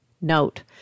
Note